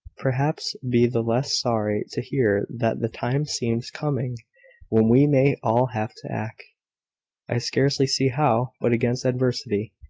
perhaps, be the less sorry to hear that the time seems coming when we may all have to act i scarcely see how but against adversity.